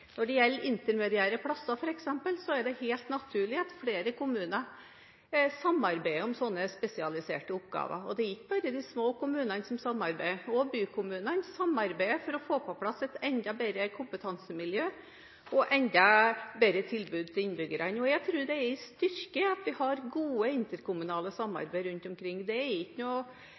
Når det gjelder intermediære plasser f.eks., er det helt naturlig at flere kommuner samarbeider om sånne spesialiserte oppgaver. Det er ikke bare de små kommunene som samarbeider, også bykommunene samarbeider for å få på plass et enda bedre kompetansemiljø og enda bedre tilbud til innbyggerne. Jeg tror det er en styrke at vi har et godt interkommunalt samarbeid rundt omkring. Det er ikke